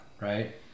right